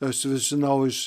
aš žinau iš